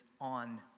on